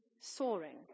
soaring